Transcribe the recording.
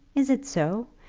is it so?